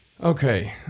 Okay